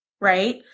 Right